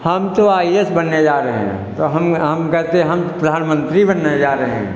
हम तो I S बनने जा रहे हैं तो हम हम कहते हम प्रधानमंत्री बनने जा रहे हैं